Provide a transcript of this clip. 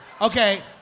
Okay